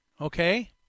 okay